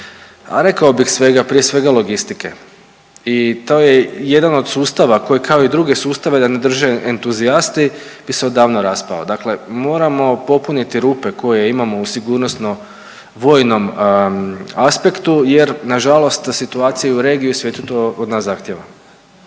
a rekao bih svega, prije svega logistike. I to je jedan od sustava koji kao i druge sustave da ne drže entuzijasti bi se odavno raspao. Dakle, moramo popuniti rupe koje imamo u sigurnosno vojnom aspektu jer nažalost situacija i u regiji i u svijetu to od nas zahtjeva.